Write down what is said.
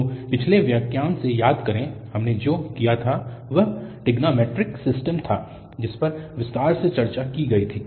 तो पिछले व्याख्यान से याद करें हमने जो किया था वह ट्रिग्नोंमैट्रिक सिस्टम था जिस पर विस्तार से चर्चा की गई थी